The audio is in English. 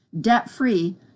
debt-free